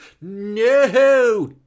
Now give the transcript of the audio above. No